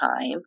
time